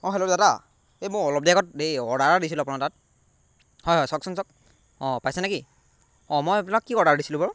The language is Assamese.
অঁ হেল্ল' দাদা এই মই অলপ দেৰি আগত এই অৰ্ডাৰ এটা দিছিলোঁ আপোনাৰ তাত হয় হয় চাওকচোন চাওক অঁ পাইছে নেকি অঁ মই আপোনাক কি অৰ্ডাৰ দিছিলোঁ বাৰু